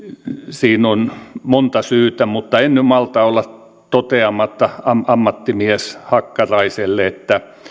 siinä on monta syytä mutta en malta olla toteamatta ammattimies hakkaraiselle että